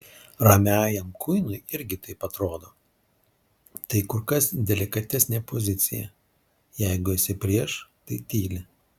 ramiajam kuinui irgi taip atrodo tai kur kas delikatesnė pozicija jeigu esi prieš tai tyli